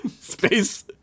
Space